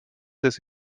des